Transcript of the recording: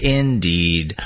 indeed